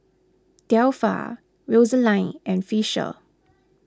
Delpha Rosaline and Fisher